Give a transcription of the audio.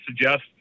suggest